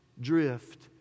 drift